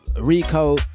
Rico